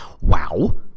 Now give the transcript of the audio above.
wow